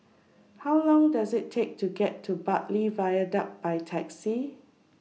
How Long Does IT Take to get to Bartley Viaduct By Taxi